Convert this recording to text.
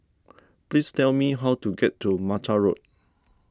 please tell me how to get to Mata Road